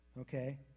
okay